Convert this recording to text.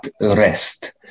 rest